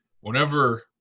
whenever